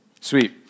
Sweet